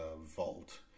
Vault